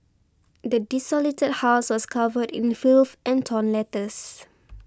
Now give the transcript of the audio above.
the desolated house was covered in filth and torn letters